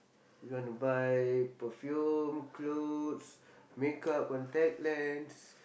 you want to buy perfume clothes makeup contact lens